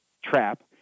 Trap